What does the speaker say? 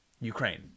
Ukraine